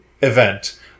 event